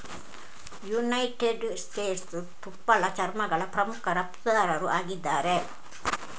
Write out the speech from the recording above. United States ತುಪ್ಪಳ ಚರ್ಮಗಳ ಪ್ರಮುಖ ರಫ್ತುದಾರರು ಆಗಿದ್ದಾರೆ